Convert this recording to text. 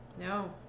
No